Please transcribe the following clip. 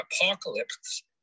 apocalypse